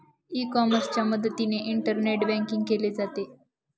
E कॉमर्सच्या मदतीने internet banking केले जाते